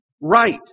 right